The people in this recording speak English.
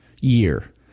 year